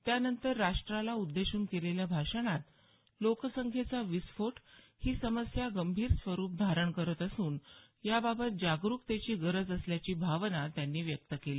त्यानंतर राष्ट्राला उद्देशून केलेल्या भाषणात लोकसंख्येचा विस्फोट ही समस्या गंभीर स्वरूप धारण करत असून याबाबत जागरुकतेची गरज असल्याची भावना त्यांनी व्यक्त केली